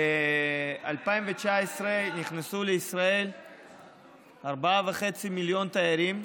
ב-2019 נכנסו לישראל 4.5 מיליון תיירים.